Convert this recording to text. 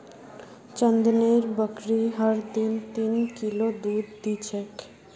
चंदनेर बकरी हर दिन तीन किलो दूध दी छेक